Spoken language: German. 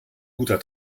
guter